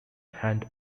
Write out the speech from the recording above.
hand